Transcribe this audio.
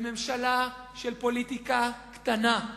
בממשלה של פוליטיקה קטנה,